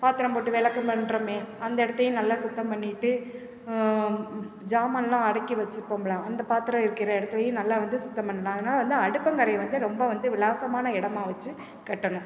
பாத்தரம் போட்டு விலக்கம் பண்ணுறமே அந்த இடத்தையும் நல்லா சுத்தம் பண்ணிட்டு ஜாமான்லாம் அடுக்கி வச்சிருப்போம்ல அந்த பாத்தரம் இருக்கிற இடத்துல நல்லா வந்து சுத்தம் பண்ணலாம் அதனால் வந்து அடுப்பங்கரை வந்து ரொம்ப வந்து விலாசமான இடமா வச்சி கட்டணும்